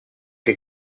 que